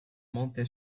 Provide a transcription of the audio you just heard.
monté